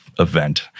Event